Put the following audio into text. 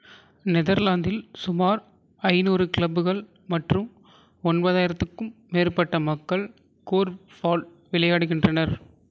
நெதர்லாந்தில் சுமார் ஐநூறு கிளப்கள் மற்றும் ஒன்பதாயிரத்துக்கும் மேற்பட்ட மக்கள் கோர்ஃப்பால் விளையாடுகின்றனர்